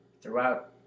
throughout